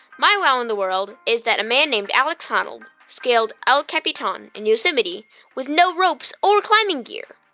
my wow in the world is that a man named alex honnold scaled el capitan in yosemite with no ropes or climbing gear